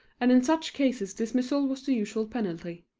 and in such cases dismissal was the usual penalty.